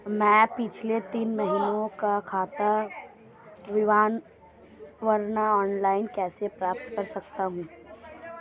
मैं पिछले तीन महीनों का खाता विवरण ऑनलाइन कैसे प्राप्त कर सकता हूं?